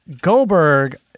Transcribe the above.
Goldberg